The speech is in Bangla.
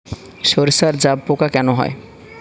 সর্ষায় জাবপোকা কেন হয়?